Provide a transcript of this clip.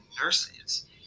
nurses